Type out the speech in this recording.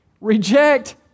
Reject